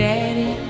Daddy